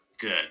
Good